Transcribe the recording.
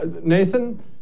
Nathan